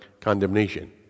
condemnation